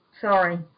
Sorry